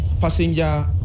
passenger